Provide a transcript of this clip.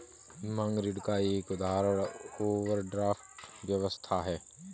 मांग ऋण का एक उदाहरण ओवरड्राफ्ट व्यवस्था है